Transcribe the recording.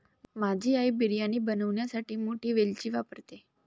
माझी आई बिर्याणी बनवण्यासाठी मोठी वेलची वापरते